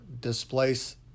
displace